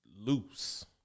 loose